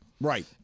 right